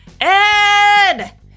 Ed